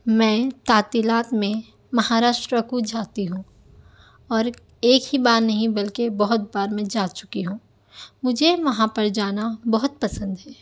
میں تعطیلات میں مہاشٹرا کو جاتی ہوں اور ایک ایک ہی بار نہیں بلکہ بہت بار میں جا چکی ہوں مجھے وہاں پرجانا بہت پسند ہے